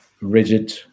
rigid